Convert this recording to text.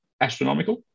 astronomical